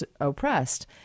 oppressed